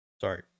Sorry